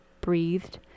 breathed